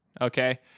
okay